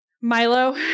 Milo